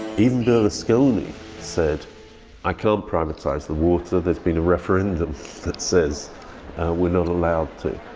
berlusconi said i can't privatize the water. there's been a referendum that says we're not allowed to.